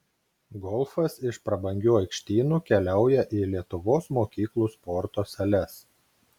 golfas iš prabangių aikštynų keliauja į lietuvos mokyklų sporto sales